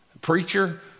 preacher